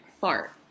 fart